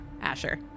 Asher